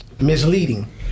misleading